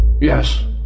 Yes